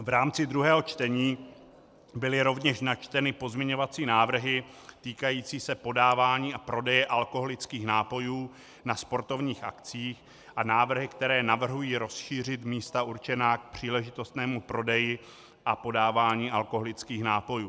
V rámci druhého čtení byly rovněž načteny pozměňovací návrhy týkající se podávání a prodeje alkoholických nápojů na sportovních akcích a návrhy, které navrhují rozšířit místa určená k příležitostnému prodeji a podávání alkoholických nápojů.